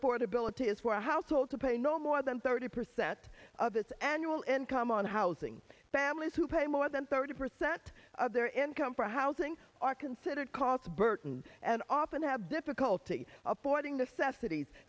affordability is where a household to pay no more than thirty percent of its annual income on housing families who pay more than thirty percent of their income for housing are considered costs burton and often have difficulty aborting the festivities